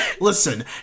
Listen